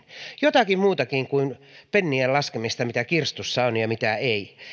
jotakin muutakin kuin pennien laskemista mitä kirstussa on ja mitä ei